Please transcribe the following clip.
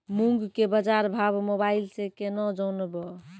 मूंग के बाजार भाव मोबाइल से के ना जान ब?